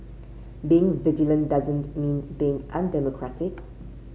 being vigilant doesn't mean being undemocratic